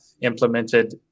implemented